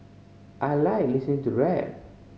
I like listening to rap